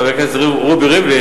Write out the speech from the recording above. חבר הכנסת רובי ריבלין,